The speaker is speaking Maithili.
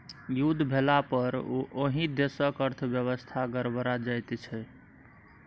युद्ध भेलापर ओहि देशक अर्थव्यवस्था गड़बड़ा जाइत छै